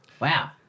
Wow